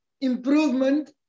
improvement